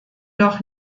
doch